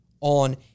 on